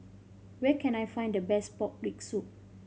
where can I find the best pork rib soup